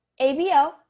ABO